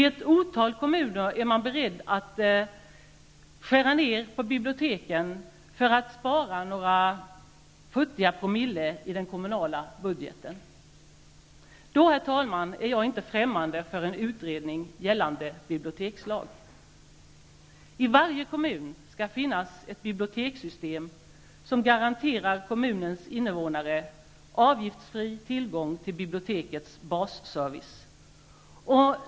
I ett otal kommuner är man beredd att skära ner på biblioteken för att spara några futtiga promille i den kommunala budgeten. Herr talman! Jag är då inte främmande för en utredning gällande bibliotekslag. I varje kommun skall finnas ett bibliotekssystem som garanterar kommunens innevånare avgiftsfri tillgång till bibliotekets basservice.